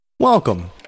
Welcome